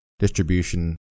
distribution